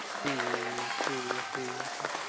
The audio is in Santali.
ᱴᱷᱤᱠ ᱜᱮᱭᱟ ᱴᱷᱤᱠ ᱜᱮᱭᱟ ᱟᱪᱪᱷᱟ